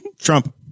Trump